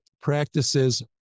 practices